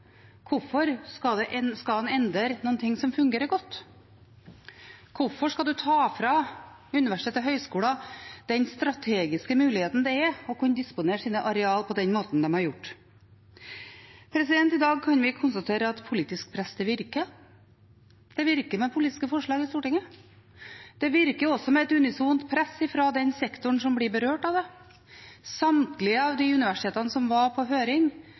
er å kunne disponere sine arealer på den måten de har gjort? I dag kan vi konstatere at politisk press virker. Det virker med politiske forslag i Stortinget. Det virker også med et unisont press fra den sektoren som blir berørt av det. Samtlige av de universitetene som var på høring,